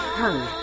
Heard